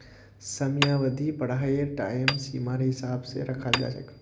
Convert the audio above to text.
समयावधि पढ़ाईर टाइम सीमार हिसाब स रखाल जा छेक